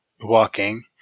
walking